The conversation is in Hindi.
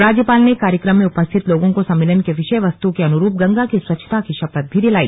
राज्यपाल ने कार्यक्रम में उपस्थित लोगों को सम्मेलन के विषय वस्त के अनुरूप गंगा की स्वच्छता की शपथ भी दिलाई